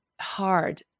hard